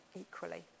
equally